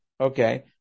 okay